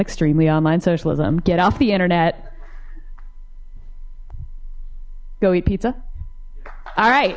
extremely online socialism get off the internet go eat pizza all right